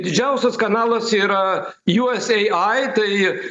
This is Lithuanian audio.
didžiausias kanalas yra usai tai